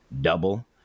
double